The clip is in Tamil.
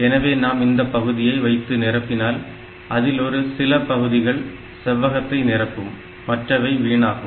எனவே நாம் இந்த பகுதியை வைத்து நிரப்பினால் அதில் ஒரு சில பகுதிகள் செவ்வகத்தை நிரப்பும் மற்றவை வீணாகும்